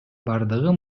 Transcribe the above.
бардыгы